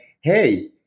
hey